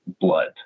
blood